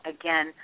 again